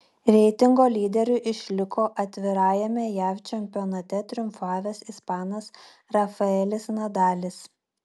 reitingo lyderiu išliko atvirajame jav čempionate triumfavęs ispanas rafaelis nadalis